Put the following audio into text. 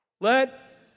Let